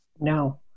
No